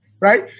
right